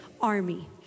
army